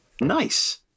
Nice